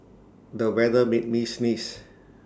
the weather made me sneeze